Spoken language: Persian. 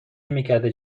نمیکرده